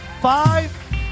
five